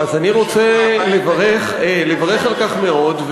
אז אני רוצה לברך על כך מאוד,